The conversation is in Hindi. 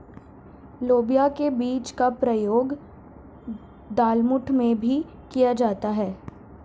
लोबिया के बीज का प्रयोग दालमोठ में भी किया जाता है